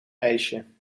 ijsje